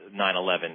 9-11